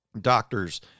doctors